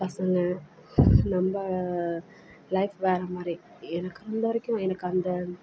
பசங்க நம்ம லைஃப் வேறு மாதிரி எனக்கு இருந்த வரைக்கும் எனக்கு அந்த